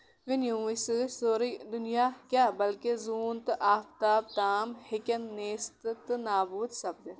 یِموٕے سۭتۍ سورُے دُنیا کیاہ بلکہِ زوٗن تہٕ آفتاب تام ہیٚکن نیست تہٕ نابوٗد سَپدِتھ